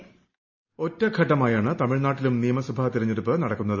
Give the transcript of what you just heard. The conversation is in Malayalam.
വോയിസ് ഒറ്റഘട്ടമായാണ് തമിഴ്നാട്ടിലും നിയമസഭ തെരഞ്ഞെടുപ്പ് ന്ടക്കുന്നത്